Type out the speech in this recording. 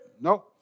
No